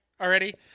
already